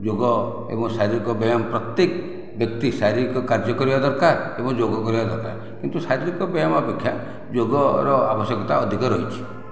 ଯୋଗ ଏବଂ ଶାରୀରିକ ବ୍ୟାୟାମ ପ୍ରତ୍ୟେକ ବ୍ୟକ୍ତି ଶାରୀରିକ କାର୍ଯ୍ୟ କରିବା ଦରକାର ଏବଂ ଯୋଗ କରିବା ଦରକାର କିନ୍ତୁ ଶାରୀରିକ ବ୍ୟାୟାମ ଅପେକ୍ଷା ଯୋଗର ଆବଶ୍ୟକତା ଅଧିକ ରହିଛି